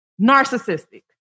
Narcissistic